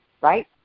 right